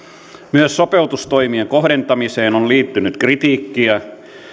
myös sopeutustoimien kohdentamiseen on liittynyt kritiikkiä